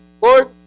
lord